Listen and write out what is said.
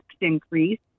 increase